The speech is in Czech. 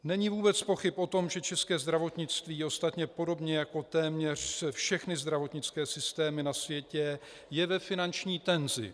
Není vůbec pochyb o tom, že české zdravotnictví, a ostatně i podobně jako téměř všechny zdravotnické systémy na světě, je ve finanční tenzi.